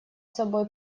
собой